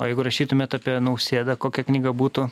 o jeigu rašytumėt apie nausėdą kokia knyga būtų